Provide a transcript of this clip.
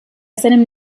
seinem